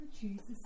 Jesus